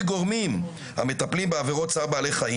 גורמים המטפלים בעבירות צער בעלי חיים.